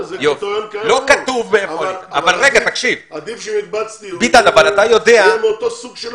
אבל עדיף שמקבץ דיור יהיה מאותו סוג של עולים.